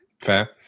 Fair